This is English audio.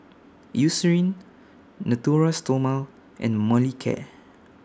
Eucerin Natura Stoma and Molicare